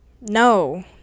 No